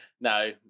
No